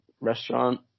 restaurant